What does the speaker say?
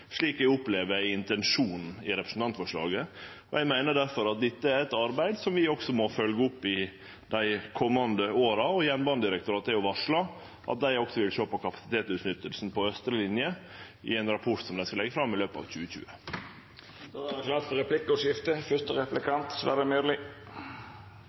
eg opplever er intensjonen med representantforslaget. Eg meiner difor at dette er eit arbeid som vi også må følgje opp i dei komande åra, og Jernbanedirektoratet har varsla at dei også vil sjå på kapasitetsutnyttinga på austre linje i ein rapport som dei skal leggje fram i løpet av 2020. Det vert replikkordskifte. Jeg reagerte også litt på det saksordføreren sa om behovet for